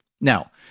Now